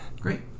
Great